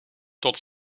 tot